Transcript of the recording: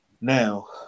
now